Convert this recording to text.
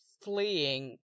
fleeing